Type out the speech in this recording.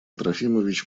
трофимович